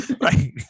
Right